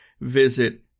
visit